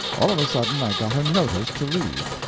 all of a sudden i got a notice to leave,